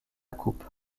coupe